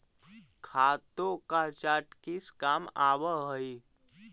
खातों का चार्ट किस काम आवअ हई